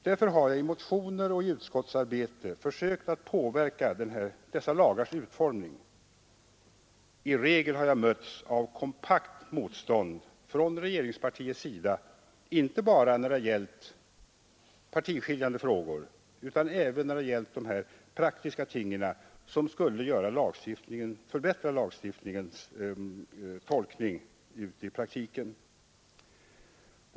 Därför har jag i motioner och utskottsarbete försökt påverka dessa lagars utformning. I regel har jag mötts av kompakt motstånd från regeringspartiets sida, inte bara när det har gällt partiskiljande frågor, utan även när det gällt praktiska ting som skulle underlätta lagarnas tolkning i praktiken.